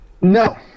No